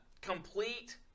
Complete